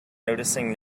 noticing